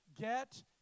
get